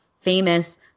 famous